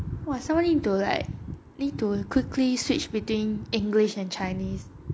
!wah! some more need to like need to quickly switched between english and chinese